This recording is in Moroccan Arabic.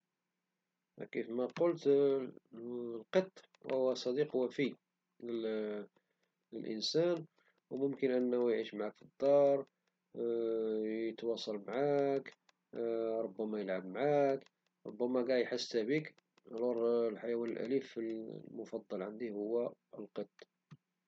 كيف ما قلت القط صديق وفي للإنسان وممكن أنه يعيش معك في الدار ويتواصل معك وربما يلعب معك، وربما كاع يحس حتى بك، إذن فالحيوان الأليف المفضل هو القط.